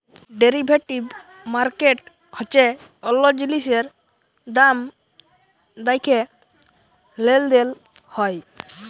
derivative market হচ্যে অল্য জিলিসের দাম দ্যাখে লেলদেল হয়